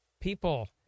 people